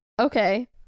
okay